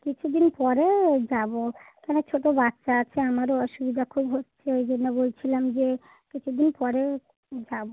কিছু দিন পরে যাবো কেন ছোটো বাচ্চা আছে আমারও খুব অসুবিধা খুব হচ্ছে ওই জন্যে বলছিলাম যে কিছু দিন পরে যাবো